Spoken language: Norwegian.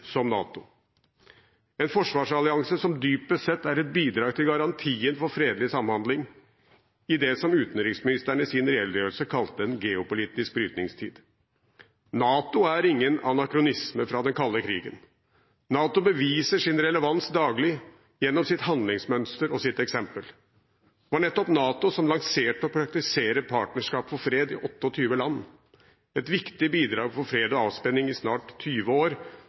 som NATO, en forsvarsallianse som dypest sett er et bidrag til garantien for fredelig samhandling, i det som utenriksministeren i sin redegjørelse kalte «en geopolitisk brytningstid». NATO er ingen anakronisme fra den kalde krigen. NATO beviser sin relevans daglig, gjennom sitt handlingsmønster og sitt eksempel. Det var nettopp NATO som lanserte og praktiserer Partnerskap for fred i 28 land, et viktig bidrag til fred og avspenning i snart 20 år,